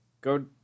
Go